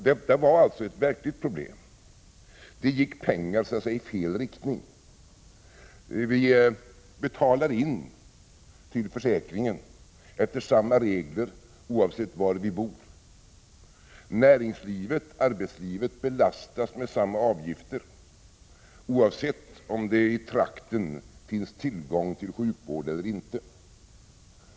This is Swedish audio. Detta var alltså ett verkligt problem. Det gick pengar så att säga i fel riktning. Vi betalade in till försäkringen efter samma regler oavsett var vi bor. Näringslivet, arbetslivet, belastas med samma avgifter, oavsett om det i trakten finns tillgång till sjukvård eller inte.